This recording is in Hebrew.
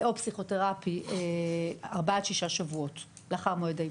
או פסיכותרפי ארבעה עד שישה שבועות לאחר מועד האבחון.